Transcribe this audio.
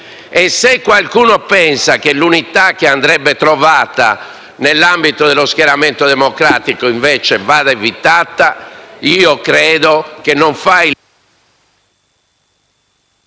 Se qualcuno pensa che l'unità che andrebbe trovata nell'ambito dello schieramento democratico invece vada evitata, credo non faccia